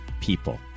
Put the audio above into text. people